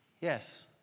Yes